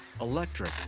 electric